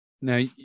Now